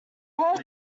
have